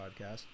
podcast